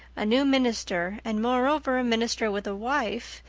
a new minister, and moreover a minister with a wife,